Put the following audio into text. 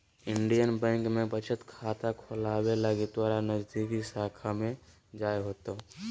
Indian bank में बचत खाता खोलावे लगी तोरा नजदीकी शाखा में जाय होतो